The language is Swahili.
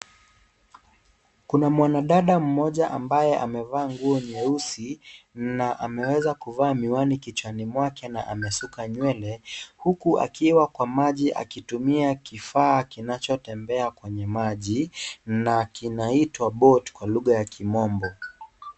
Kuna mwanadada mmoja ambaye amevaa nguo nyeusi na ameweza kuvaa miwani kichwani mwake na amesuka nywele. Huku, akiwa kwa maji akitumia kifaa kinachotembea kwenye maji na inaitwa boat kwa lugha ya kimombo.